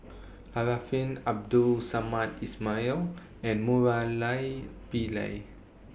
Arifin Abdul Samad Ismail and Murali Pillai